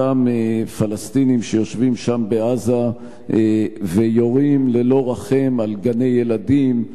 אותם פלסטינים שיושבים שם בעזה ויורים ללא רחם על גני-ילדים,